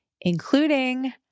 including